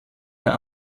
mehr